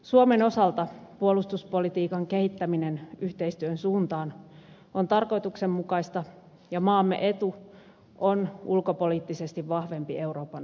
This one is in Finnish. suomen osalta puolustuspolitiikan kehittäminen yhteistyön suuntaan on tarkoituksenmukaista ja maamme etu on ulkopoliittisesti vahvempi euroopan unioni